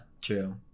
true